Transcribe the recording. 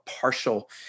partial